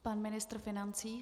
Pan ministr financí.